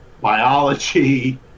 biology